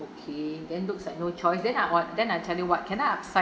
okay then looks like no choice then I what then I tell you what can I upsize